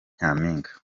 nyampinga